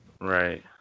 Right